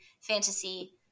fantasy